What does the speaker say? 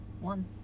One